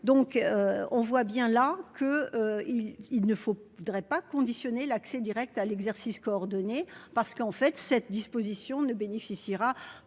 Donc on voit bien là que. Il ne faut, faudrait pas conditionner l'accès Direct à l'exercice coordonné parce qu'en fait cette disposition ne bénéficiera